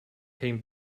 came